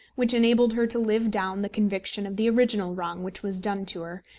which enabled her to live down the conviction of the original wrong which was done to her,